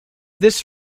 this